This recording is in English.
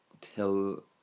Till